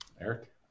Eric